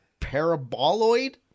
Paraboloid